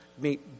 meet